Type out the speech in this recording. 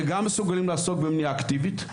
הם גם מסוגלים לעסוק במניעה אקטיבית,